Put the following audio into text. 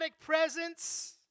presence